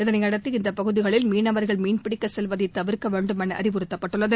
இதனையடுத்து இந்தப் பகுதிகளில் மீனவர்கள் மீன்பிடிக்கச் செல்வதை தவிர்க்க வேண்டும் என அறிவுறுத்தப்பட்டுள்ளது